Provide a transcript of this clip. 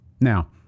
now